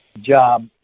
job